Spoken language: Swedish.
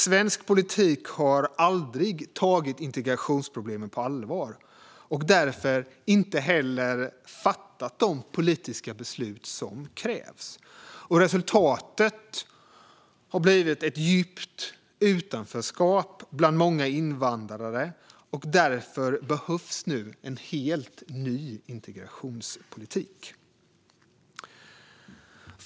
Svensk politik har aldrig tagit integrationsproblemen på allvar, och därför har inte heller de politiska beslut som krävs fattats. Resultatet har blivit ett djupt utanförskap bland många invandrare, och därför behövs nu en helt ny integrationspolitik.